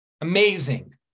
amazing